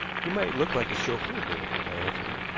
he might look like the chauffeur did, i answered.